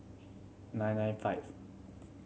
nine nine five